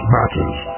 matters